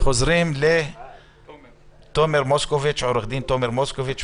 חוזרים לעורך דין תומר מוסקוביץ',